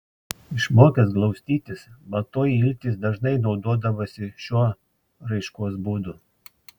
išmokęs glaustytis baltoji iltis dažnai naudodavosi šiuo raiškos būdu